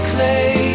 Clay